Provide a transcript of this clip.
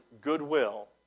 goodwill